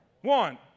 one